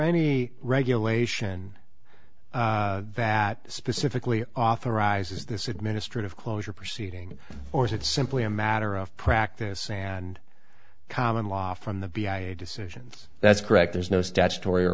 any regulation that specifically authorizes this administrative closure proceeding or is it simply a matter of practice and common law from the b i a decision that's correct there's no statutory or